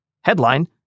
Headline